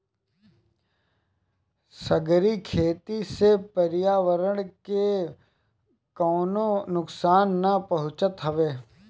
सागरी खेती से पर्यावरण के कवनो नुकसान ना पहुँचत हवे